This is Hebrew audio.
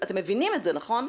אתם מבינים את זה, נכון?